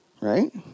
right